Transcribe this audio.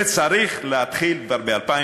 וצריך להתחיל כבר ב-2015,